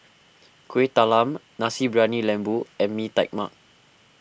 Kuih Talam Nasi Briyani Lembu and Mee Tai Mak